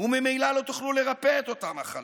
וממילא לא תוכלו לרפא את אותה מחלה,